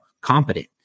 competent